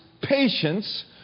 patience